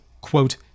quote